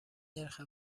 نرخ